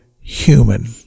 human